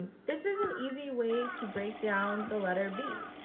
this is an easy way to break down the letter b.